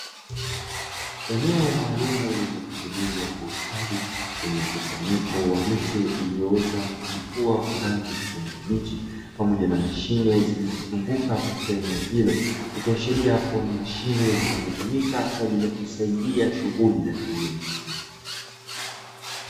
Eneo maalum lililo tengenezwa kwa ustadi lene mkusanyiko wa miche iliyoota na kuchipua kwa rangi ya kijani kibichi pamoja na mashine zilizo zunguka katika eneo hilo, ikiashiria kua ni mashine zinazo tumika kwa ajili ya kusaidia shughuli za kilimo.